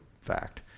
fact